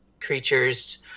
creatures